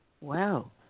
Wow